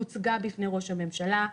הוצגה בפני ראש הממשלה,